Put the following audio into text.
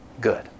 good